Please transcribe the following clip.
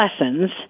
lessons